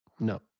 No